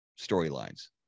storylines